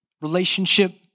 relationship